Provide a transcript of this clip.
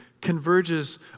converges